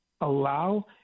allow